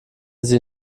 sie